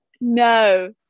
No